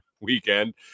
weekend